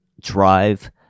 drive